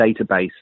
database